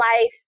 life